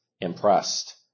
impressed